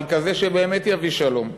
אבל כזה שבאמת יביא שלום,